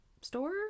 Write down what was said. store